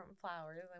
flowers